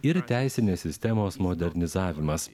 ir teisinės sistemos modernizavimas